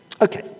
Okay